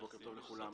בוקר טוב לכולם.